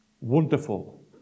wonderful